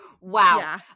Wow